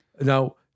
Now